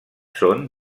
són